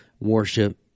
Worship